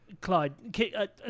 Clyde